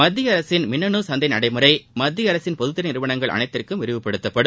மத்திய அரசின் மின்னனு சந்தை நடைமுறை மத்திய அரசின் பொதுத்துறை நிறுவனங்கள் அனைத்துக்கும் விரிவுபடுத்தப்படும்